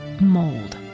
mold